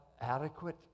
adequate